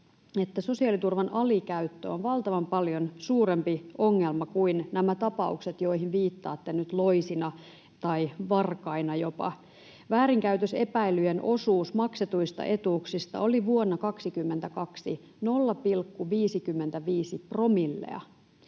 sosiaaliturvan alikäyttö on valtavan paljon suurempi ongelma kuin nämä tapaukset, joihin viittaatte nyt loisina tai jopa varkaina. Väärinkäytösepäilyjen osuus maksetuista etuuksista vuonna 22 oli 0,55 promillea.